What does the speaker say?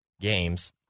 games